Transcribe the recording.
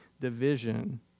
division